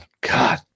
God